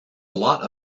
lot